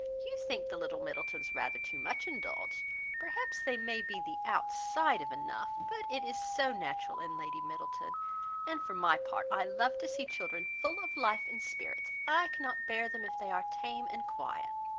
you think the little middletons rather too much indulged perhaps they may be the outside of enough but it is so natural in lady middleton and for my part, i love to see children full of life and spirits i cannot bear them if they are tame and quiet.